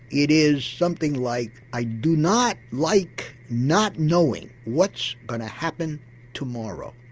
it is something like i do not like not knowing what's going to happen tomorrow.